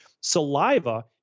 Saliva